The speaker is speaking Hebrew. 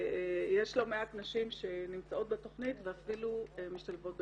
ויש לא מעט נשים שנמצאות בתכנית ואפילו משתלבות בתעסוקה.